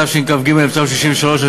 התשכ"ג 1963,